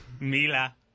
mila